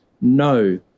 No